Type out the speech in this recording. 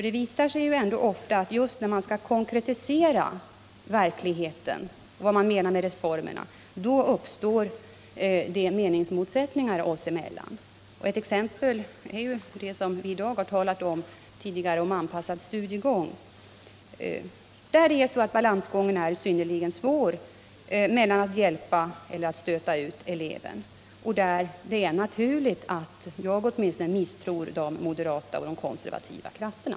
Det visar sig ändå ofta att just när man skall konkretisera vad man menar med reformerna uppstår det meningsmotsättningar partierna emellan. Ett exempel är den anpassade studiegång som vi tidigare i dag talat om. Där är det en synnerligen svår balansgång man har att gå mellan att hjälpa eller att stöta ut eleven. Det är naturligt att åtminstone jag här misstror de moderata och konservativa krafterna.